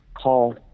call